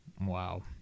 Wow